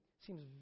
seems